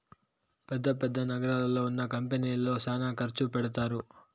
పెద్ద పెద్ద నగరాల్లో ఉన్న కంపెనీల్లో శ్యానా ఖర్చు పెడతారు